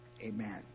Amen